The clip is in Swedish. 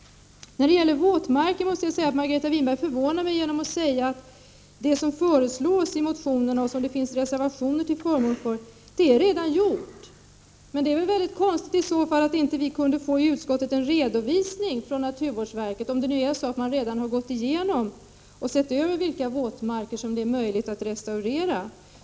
När det gäller våtmarker måste jag säga att Margareta Winberg förvånade mig med att säga att det som föreslås i motionerna och det som det finns 91 reservationer till förmån för redan har beaktats. Men då var det konstigt att vi i utskottet inte kunde få en redovisning från naturvårdsverket — om det nu är så att man redan har gått igenom vilka våtmarker som kan restaureras.